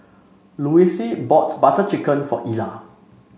Louise bought Butter Chicken for Ilah